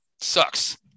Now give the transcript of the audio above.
sucks